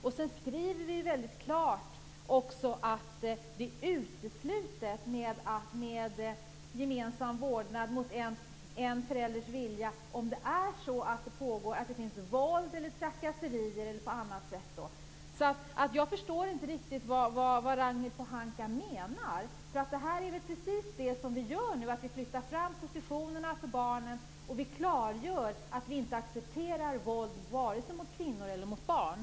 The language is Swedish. Vi skriver också väldigt klart att det är uteslutet med gemensam vårdnad mot en förälders vilja om det förekommer våld eller trakasserier. Jag förstår inte riktigt vad Ragnhild Pohanka menar. Det vi gör nu är väl just att vi flyttar fram positionerna för barnen och klargör att vi inte accepterar våld vare sig mot kvinnor eller mot barn.